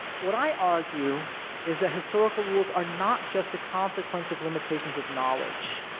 what i argue is that historical rules are not just a consequence of limitations of knowledge,